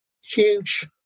huge